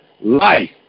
life